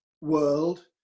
world